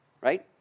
right